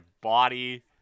body